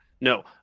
No